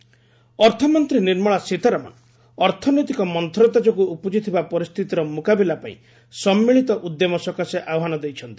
ସୀତାରମଣ ସ୍କୋଡାଉନ୍ ଅର୍ଥମନ୍ତ୍ରୀ ନିର୍ମଳା ସୀତାରମଣ ଅର୍ଥନୈତିକ ମନ୍ତୁରତା ଯୋଗୁଁ ଉପୁଜିଥିବା ପରିସ୍ଥିତିର ମୁକାବିଲା ପାଇଁ ସମ୍ମିଳିତ ଉଦ୍ୟମ ସକାଶେ ଆହ୍ୱାନ ଦେଇଛନ୍ତି